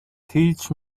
teach